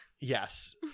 Yes